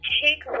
take